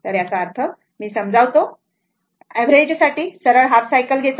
तर याचा अर्थ मी समजावतो अवरेज साठी सरळ हाफ सायकल घेतो